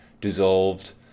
dissolved